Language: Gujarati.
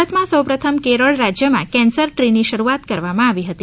ભારતમાં સૌ પ્રથમ કેરળ રાજ્યમાં કેન્સર ટ્રીની શરૂઆત કરવામાં આવી હતી